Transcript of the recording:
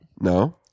No